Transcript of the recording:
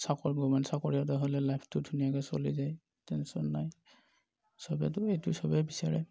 চাকৰি গভ্মেণ্ট চাকৰি এটা হ'লে লাইফটো ধুনীয়াকৈ চলি যায় টেনশ্যন নাই চবেটো এইটো চবে বিচাৰে